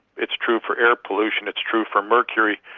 it's true for air pollution, it's true for mercury.